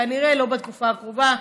כנראה לא בתקופה הקרובה.